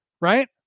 right